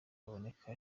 aboneka